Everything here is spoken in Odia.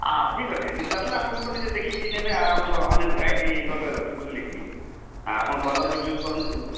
ଆଁ ହଉ ଠିକ୍ ଅଛି ନିଜେ ଆସିଲେ ଆପଣ ତ ନିଜେ ଦେଖିକି ନେବେ ଆମର୍ ଅନେକ୍ ଭେରାଇଟି ଗଡ଼୍ରେଜ୍ ଅଛି ବୁଝିଲେକି ଆଁ ଆପଣ କଲର୍ ବି ଚୁଜ୍ କରନ୍ତୁ